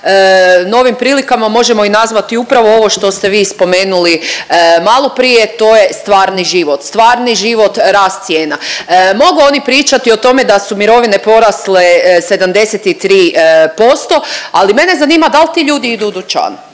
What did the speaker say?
novim prilikama možemo i nazvati upravo ovo što ste vi spomenuli maloprije, to je stvarni život, stvarni život rast cijena. Mogu oni pričati o tome da su mirovine porasle 73%, ali mene zanima dal ti ljudi idu u dućan,